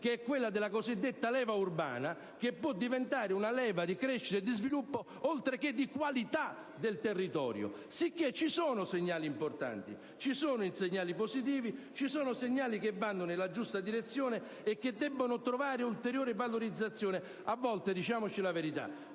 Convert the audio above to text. tema, quello della cosiddetta leva urbana, che può diventare una leva di crescita e di sviluppo, oltre che di qualità del territorio. Sicché ci sono segnali importanti, positivi, segnali che vanno nella giusta direzione e che debbono trovare ulteriore valorizzazione. A volte, diciamoci la verità,